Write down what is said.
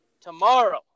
tomorrow